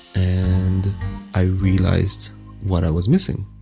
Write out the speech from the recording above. and i realized what i was missing,